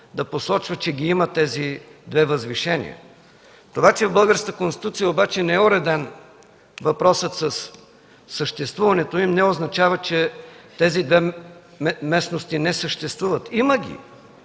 да посочва, че тези две възвишения ги има. Това, че в българската Конституция не е уреден въпросът със съществуването им, не означава, че тези две местности не съществуват. Има ги!